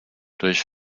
durch